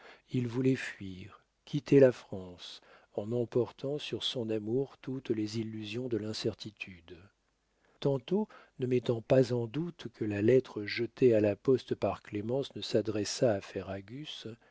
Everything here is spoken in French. il voulait fuir quitter la france en emportant sur son amour toutes les illusions de l'incertitude tantôt ne mettant pas en doute que la lettre jetée à la poste par clémence ne s'adressât à ferragus